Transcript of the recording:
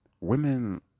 Women